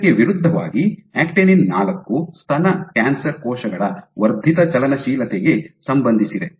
ಇದಕ್ಕೆ ವಿರುದ್ಧವಾಗಿ ಆಕ್ಟಿನಿನ್ ನಾಲ್ಕು ಸ್ತನ ಕ್ಯಾನ್ಸರ್ ಕೋಶಗಳ ವರ್ಧಿತ ಚಲನಶೀಲತೆಗೆ ಸಂಬಂಧಿಸಿದೆ